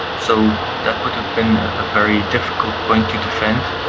so that would have been a very difficult point to defend.